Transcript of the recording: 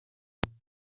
eight